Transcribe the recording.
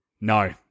No